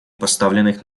поставленных